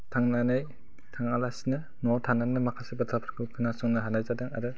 थांनानै थाङा लासिनो न'आव थानानैनो माखासे बाथ्राफोरखौ खोनासंनो हानाय जादों आरो